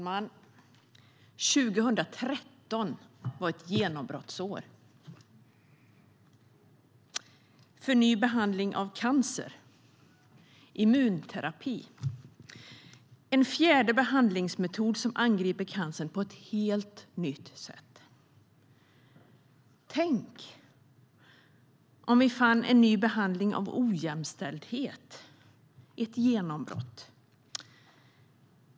Herr talman! År 2013 var ett genombrottsår för en ny behandling av cancer: immunterapi. Det är en fjärde behandlingsmetod som angriper cancern på ett helt nytt sätt. Tänk om vi skulle finna en ny behandling av ojämställdhet, ett genombrott!